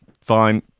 Fine